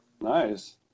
Nice